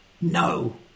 No